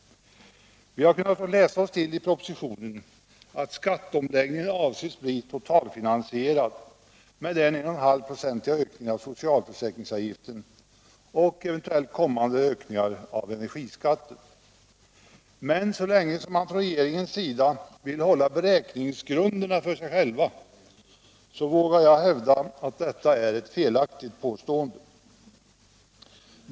Vi har kunnat läsa oss till i propositionen att skatteomläggningen avses bli totalfinansierad med 1,5 96 ökning av socialförsäkringsavgiften och eventuellt kommande ökningar av energiskatten. Men så länge som man från regeringens sida vill hålla beräkningsgrunderna för sig själv vågar jag hävda att detta är ett felaktigt påstående.